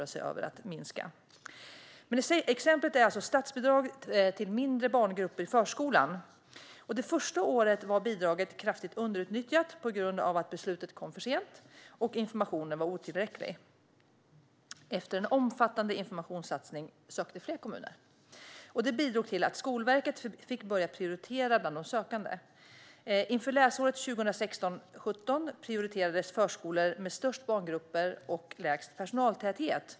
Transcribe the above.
Jag tänkte ge ett exempel från skolan, utan politiskt ställningstagande om själva området. Exemplet är statsbidrag till mindre barngrupper i förskolan. Det första året var bidraget kraftigt underutnyttjat på grund av att beslutet kom för sent och informationen var otillräcklig. Efter en omfattande informationssatsning sökte fler kommuner. Detta bidrog till att Skolverket fick börja prioritera bland de sökande. Inför läsåret 2016/17 prioriterades förskolor med störst barngrupper och lägst personaltäthet.